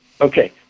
Okay